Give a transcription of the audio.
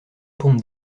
pondent